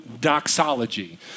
doxology